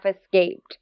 escaped